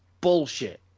bullshit